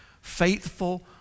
faithful